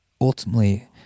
ultimately